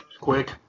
Quick